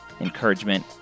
encouragement